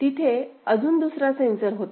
तिथे अजून दुसरा सेंसर होता